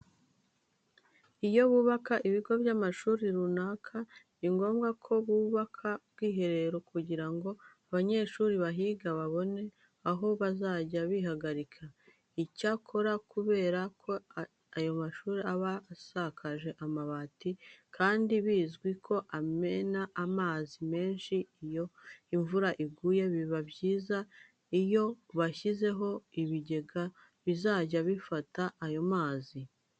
Iyo bubaka ibigo by'amashuri runaka ni ngombwa ko hubakwa n'ubwiherero kugira ngo abanyeshuri bahiga babone aho bazajya bihagarika. Icyakora kubera ko ayo mashuri aba asakaje amabati kandi bizwi ko amena amazi menshi iyo imvura iguye biba byiza iyo bashyizeho ibigega bizajya bifata ayo mazi.